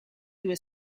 due